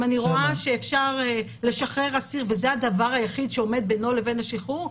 אם אני רואה שאפשר לשחרר אסיר וזה הדבר היחיד שעומד בינו לבין השחרור,